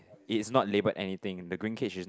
it's not labelled anything the green cage